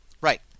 Right